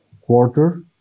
quarter